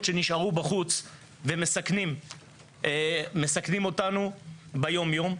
שנשארו בחוץ ומסכנים אותנו ביום יום,